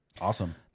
Awesome